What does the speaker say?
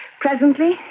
Presently